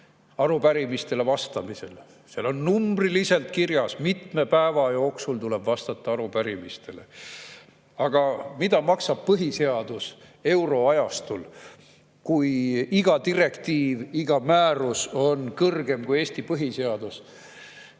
arupärimistele vastamisel. Seal on numbriliselt kirjas, mitme päeva jooksul tuleb vastata arupärimistele. Aga mida maksab põhiseadus euroajastul, kui iga direktiiv, iga määrus on kõrgem kui Eesti põhiseadus.